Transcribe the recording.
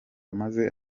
amaze